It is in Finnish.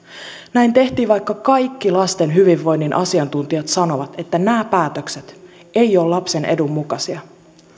näin tehtiin vaikka kaikki lasten hyvinvoinnin asiantuntijat sanovat että nämä päätökset eivät ole lapsen edun mukaisia